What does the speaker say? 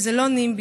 וזה לא NIMBY,